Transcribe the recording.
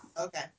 Okay